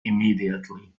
immediately